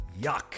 Yuck